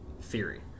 theory